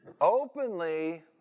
openly